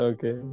Okay